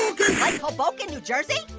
like hoboken, new jersey?